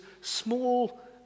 small